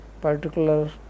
particular